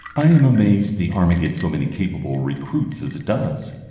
i am amazed the army gets so many capable recruits as it does.